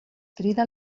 crida